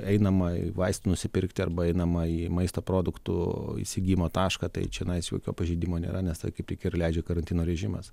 einama vaistų nusipirkti arba einama į maisto produktų įsigijimo tašką tai čionais jokio pažeidimo nėra nes tai kaip tik ir leidžia karantino režimas